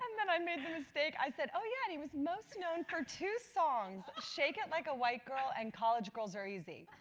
um then i made the mistake, i said, yeah. he was most known for two songs, shake it like a white girl and college girls are easy.